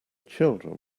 children